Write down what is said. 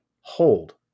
hold